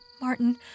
Martin